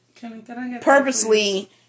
purposely